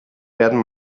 werden